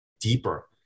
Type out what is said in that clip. deeper